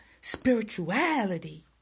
spirituality